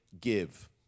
give